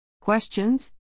Questions